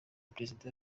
perezida